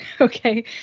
okay